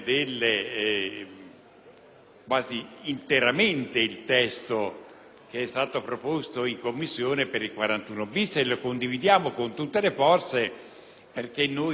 Grazie,